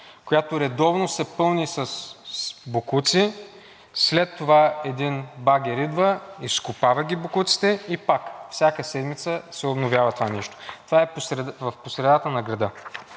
която редовно се пълни с боклуци, след това един багер идва, изкопава боклуците и пак всяка седмица се обновява това нещо. Това е по средата на града